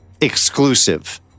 Exclusive